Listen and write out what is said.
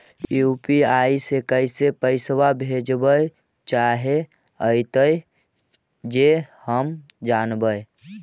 UPI से कैसे पैसा भेजबय चाहें अइतय जे हम जानबय?